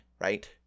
Right